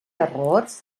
errors